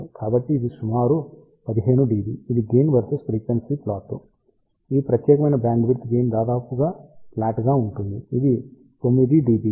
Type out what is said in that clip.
కాబట్టి ఇది సుమారు 15 dB ఇది గెయిన్ వర్సెస్ ఫ్రీక్వెన్సీ ప్లాటు ఈ ప్రత్యేకమైన బ్యాండ్విడ్త్ గెయిన్ దాదాపుగా ఫ్లాట్గా ఉంటుంది ఇది 9 dBi